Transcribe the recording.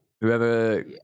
Whoever